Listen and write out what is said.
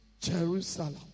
Jerusalem